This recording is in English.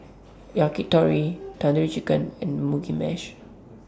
Yakitori Tandoori Chicken and Mugi Meshi